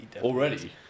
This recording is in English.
Already